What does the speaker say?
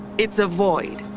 it's a void.